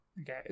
Okay